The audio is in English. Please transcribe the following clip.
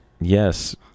yes